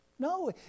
No